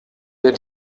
der